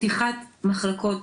פתיחת מחלקות